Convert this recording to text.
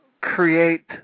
create